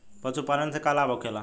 पशुपालन से का लाभ होखेला?